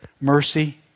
Mercy